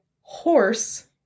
horse